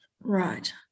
Right